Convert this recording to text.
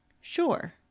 Sure